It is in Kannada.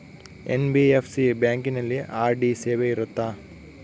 ಎನ್.ಬಿ.ಎಫ್.ಸಿ ಬ್ಯಾಂಕಿನಲ್ಲಿ ಆರ್.ಡಿ ಸೇವೆ ಇರುತ್ತಾ?